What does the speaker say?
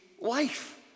life